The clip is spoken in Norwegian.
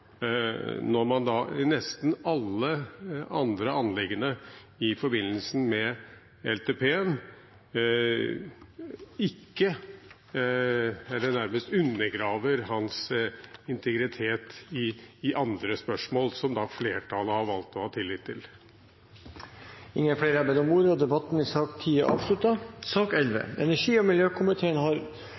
når man i nesten alle andre anliggender i forbindelse med LTP-en nærmest undergraver hans integritet i andre spørsmål – som da flertallet har valgt å ha tillit til. Flere har ikke bedt om ordet til sak nr. 10. Energi- og miljøkomiteen har